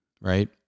right